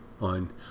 on